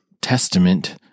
testament